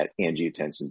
angiotensin